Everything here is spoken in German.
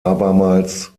abermals